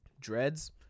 dreads